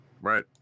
Right